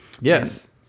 Yes